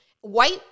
White